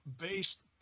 based